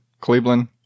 Cleveland